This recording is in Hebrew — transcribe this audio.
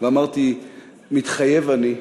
ואמרתי "מתחייב אני",